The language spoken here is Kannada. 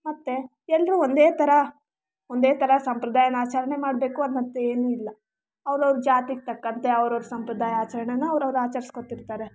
ಮತ್ತೆ ಎಲ್ಲರೂ ಒಂದೇ ಥರ ಒಂದೇ ಥರ ಸಂಪ್ರದಾಯನ ಆಚರಣೆ ಮಾಡಬೇಕು ಅನ್ನೋಂಥ ಏನೂ ಇಲ್ಲ ಅವರವರ ಜಾತಿಗೆ ತಕ್ಕಂತೆ ಅವರವರ ಸಂಪ್ರದಾಯ ಆಚರಣೆನ ಅವರವರ ಆಚರಿಸ್ಕೊತಿರ್ತ್ತಾರೆ